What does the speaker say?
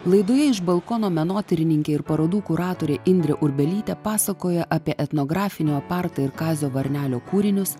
laidoje iš balkono menotyrininkė ir parodų kuratorė indrė urbelytė pasakoja apie etnografinio opartai ir kazio varnelio kūrinius